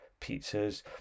pizzas